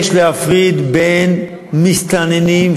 ולא פעם אמרתי את זה גם כשר הפנים: יש להפריד בין מסתננים,